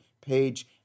page